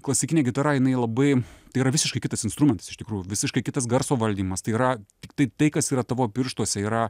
klasikinė gitara jinai labai tai yra visiškai kitas instrumentas iš tikrųjų visiškai kitas garso valdymas tai yra tiktai tai kas yra tavo pirštuose yra